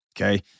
Okay